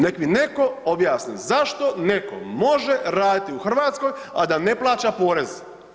Nek mi neko objasni zašto neko može raditi u Hrvatskoj, a da ne plaća porez?